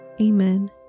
Amen